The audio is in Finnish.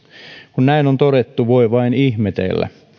kun näin on todettu voi vain ihmetellä